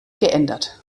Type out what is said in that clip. geändert